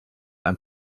ein